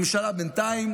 הממשלה בינתיים